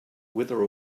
wither